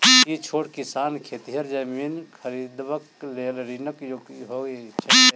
की छोट किसान खेतिहर जमीन खरिदबाक लेल ऋणक योग्य होइ छै?